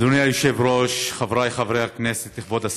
אדוני היושב-ראש, חבריי חברי הכנסת, כבוד השר,